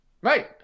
Right